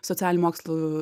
socialinių mokslų